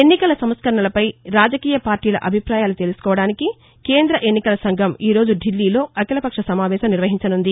ఎన్నికల సంస్కరణలపై రాజకీయ పార్టీల అభిప్రాయాలు తెలుసుకోవడానికి కేంద ఎన్నికల సంఘం ఈ రోజు ఢిల్లీలో అఖిలపక్ష సమావేశం నిర్వహించనుంది